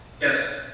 Yes